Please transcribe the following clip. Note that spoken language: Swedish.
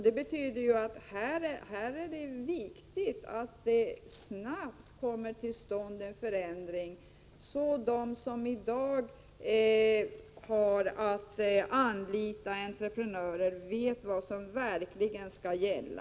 Det betyder att det är viktigt att det snabbt kommer till stånd en förändring här, så att de som i dag har att anlita entreprenörer vet vad som verkligen skall gälla.